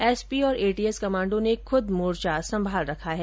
SP और ATS कमांडों ने खुद मोर्चा संभाल रखा है